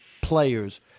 players